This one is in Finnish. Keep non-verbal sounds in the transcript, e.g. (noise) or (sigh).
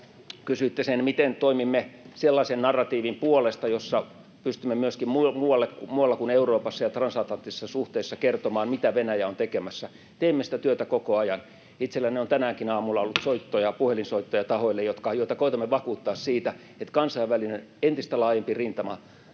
kysyitte, miten toimimme sellaisen narratiivin puolesta, jossa pystymme myöskin muualla kuin Euroopassa ja transatlanttisissa suhteissa kertomaan, mitä Venäjä on tekemässä: Teemme sitä työtä koko ajan. (noise) Itselläni on tänäänkin aamulla ollut puhelinsoittoja tahoille, joita koetamme vakuuttaa siitä, että entistä laajempi